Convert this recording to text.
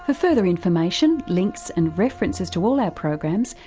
ah further information, links and references to all our programs,